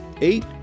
Eight